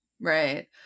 Right